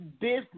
business